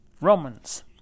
Romans